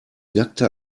nackte